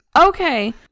Okay